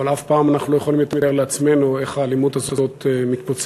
אבל אף פעם אנחנו לא יכולים לתאר לעצמנו איך האלימות הזאת מתפוצצת